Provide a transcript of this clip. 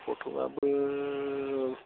फट'आबो